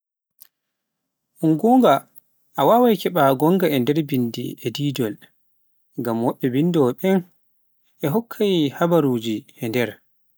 un goonga, a wawai keba gonga e nder binnde e didiol, ngam wobbe bindooweben a hokkai habaruuji nder.